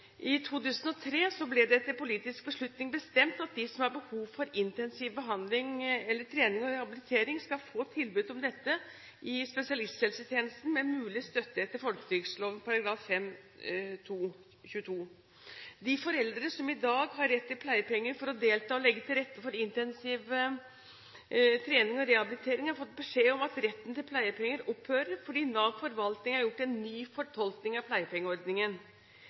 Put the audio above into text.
I 2003 ble det etter politisk beslutning bestemt at de som har behov for intensiv behandling eller trening og rehabilitering, skal få tilbud om dette i spesialisthelsetjenesten med mulig støtte etter folketrygdloven § 5-22. De foreldre som i dag har rett til pleiepenger for å delta og legge til rette for intensiv trening og rehabilitering, har fått beskjed om at retten til pleiepenger opphører fordi Nav Forvaltning har gjort en ny fortolkning av pleiepengeordningen.